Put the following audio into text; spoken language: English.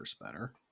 better